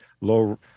low